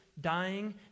Dying